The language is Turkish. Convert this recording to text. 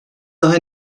daha